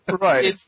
Right